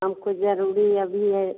हमको ज़रूरी अभी है